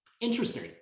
Interesting